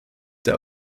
der